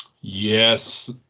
Yes